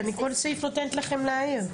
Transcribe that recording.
אני בכל סעיף נותנת לכם להעיר.